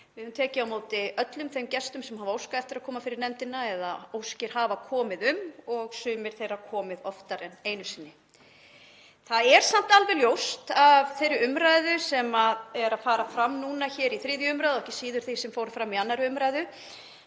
Við höfum tekið á móti öllum þeim gestum sem hafa óskað eftir að koma fyrir nefndina, eða óskir hafa komið um, og sumir þeirra hafa komið oftar en einu sinni. Það er samt alveg ljóst af þeirri umræðu sem fer hér fram núna í 3. umr., og ekki síður af því sem fór fram í 2. umr.,